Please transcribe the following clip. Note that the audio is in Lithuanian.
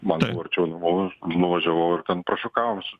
mano arčiau numoviau aš ten nuvažiavau ir ten prašukavus